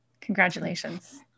congratulations